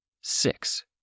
Six